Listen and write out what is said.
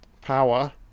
Power